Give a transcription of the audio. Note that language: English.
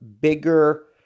bigger